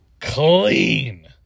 clean